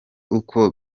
uko